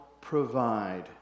provide